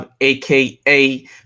aka